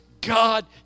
God